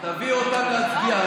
תביא אותם להצביע.